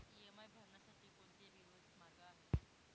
EMI भरण्यासाठी कोणते वेगवेगळे मार्ग आहेत?